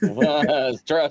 trust